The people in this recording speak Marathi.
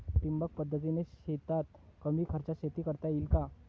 ठिबक पद्धतीने शेतात कमी खर्चात शेती करता येईल का?